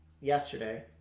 yesterday